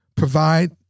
Provide